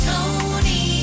Tony